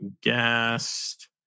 guest